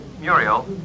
Muriel